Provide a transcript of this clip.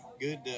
good